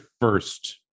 first